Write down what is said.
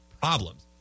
problems